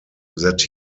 that